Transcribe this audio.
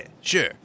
sure